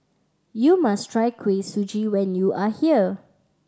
you must try Kuih Suji when you are here